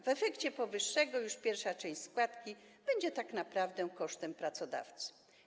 W efekcie powyższego już pierwsza część składki będzie tak naprawdę kosztem pracodawcy.